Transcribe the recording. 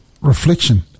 reflection